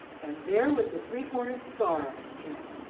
and there was the three-cornered scar on his chin.